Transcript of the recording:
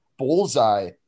bullseye